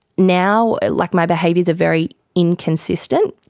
now, like my behaviours are very inconsistent,